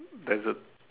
desert